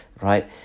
right